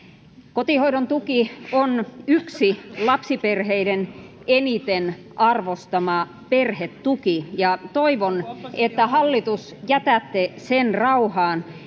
kotihoidon tuki on yksi lapsiperheiden eniten arvostamista perhetuista ja toivon että hallitus jätätte sen rauhaan